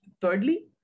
thirdly